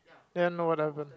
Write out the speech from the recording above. ten or eleven